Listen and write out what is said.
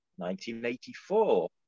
1984